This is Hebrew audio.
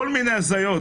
כל מני הזיות.